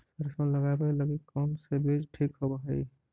सरसों लगावे लगी कौन से बीज ठीक होव हई?